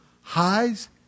highs